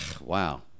wow